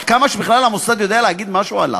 עד כמה שבכלל המוסד יודע להגיד משהו עליו.